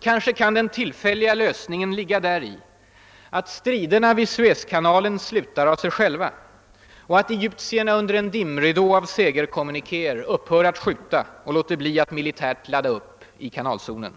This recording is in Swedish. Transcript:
Kanske kan den tillfälliga lösningen ligga däri att striderna vid Suezkanalen slutar av sig själva och att egyptierna under en dimridå av segerkommunikéer upphör att skjuta och låter bli att militärt ladda upp i kanalzonen.